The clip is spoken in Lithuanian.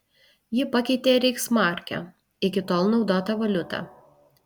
ji pakeitė reichsmarkę iki tol naudotą valiutą